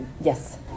yes